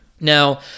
Now